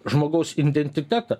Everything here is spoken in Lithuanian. žmogaus identitetą